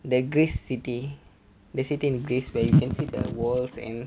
that greece city the city in greece where you can see the worlds and